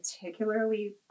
particularly